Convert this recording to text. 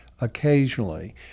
occasionally